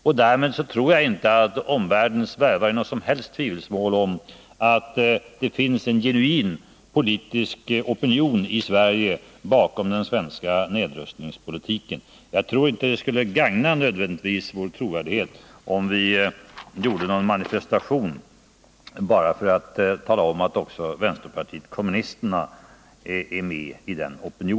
Jag tror därför inte att omvärlden svävar i något som helst tvivelsmål om att det i Sverige finns en genuin politisk opinion bakom den svenska nedrustningspolitiken. Jag tror inte heller att det nödvändigtvis skulle gagna vår trovärdighet, om vi gjorde någon manifestation bara för att tala om att även vänsterpartiet kommunisterna är med i denna enighet.